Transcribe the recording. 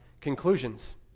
conclusions